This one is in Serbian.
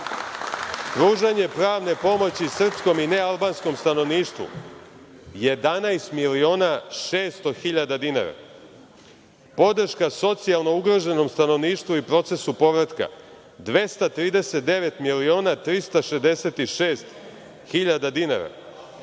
Pružanje pravne pomoći srpskom i nealbanskom stanovništvu 11 miliona 600 hiljada dinara. Podrška socijalno ugroženom stanovništvu i procesu povratka 239.366.000,00 dinara.